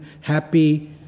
happy